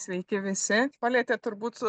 sveiki visi palietėt turbūt